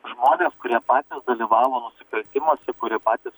žmonės kurie patys dalyvavo nusikaltimuose kurie patys